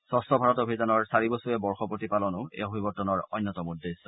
স্বচ্ছ ভাৰত অভিযানৰ চাৰিবছৰীয়া বৰ্ষপূৰ্তি পালনো এই অভিৱৰ্তনৰ অন্যতম উদ্দেশ্যে